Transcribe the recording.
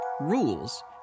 Rules